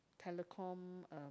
telecom uh